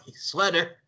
sweater